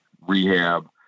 rehab